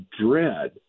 dread